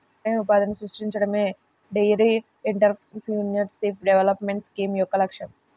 స్వయం ఉపాధిని సృష్టించడమే డెయిరీ ఎంటర్ప్రెన్యూర్షిప్ డెవలప్మెంట్ స్కీమ్ యొక్క లక్ష్యం